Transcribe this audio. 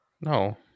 No